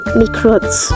microbes